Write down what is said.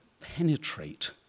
penetrate